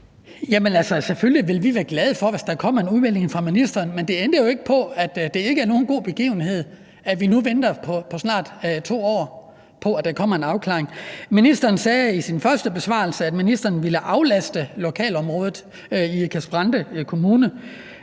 selvfølgelig ville vi være glade for det, hvis der kommer en udmelding fra ministeren, men det ændrer jo ikke på, at det ikke er nogen god begivenhed, at vi nu har ventet i snart 2 år på, at der kommer en afklaring. Ministeren sagde i sin første besvarelse, at ministeren ville aflaste lokalområdet i Ikast-Brande Kommune.